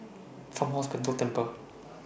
Farmhouse Pentel Tempur